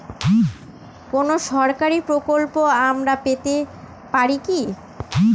কোন সরকারি প্রকল্প আমরা পেতে পারি কি?